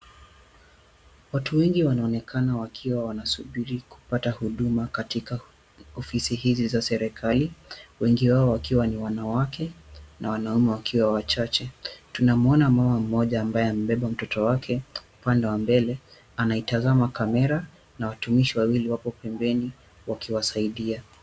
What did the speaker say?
Watu wengi wanaonekana wakiwa wanasubiri kupata huduma katika ofisi hizi za serikali. Wengi wao wakiwa ni wanawake na wanaume wakiwa wachache. Tunamuona mama mmoja ambaye amebeba mtoto wake upande wa mbele anaitazama kamera na watumishi wawili wapo pembeni wakiwasaidia.